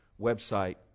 website